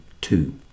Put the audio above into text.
two